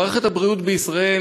מערכת הבריאות בישראל,